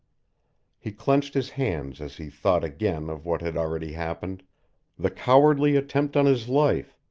he clenched his hands as he thought again of what had already happened the cowardly attempt on his life,